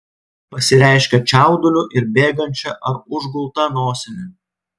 pasireiškia čiauduliu ir bėgančia ar užgulta nosimi